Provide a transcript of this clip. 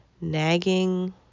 nagging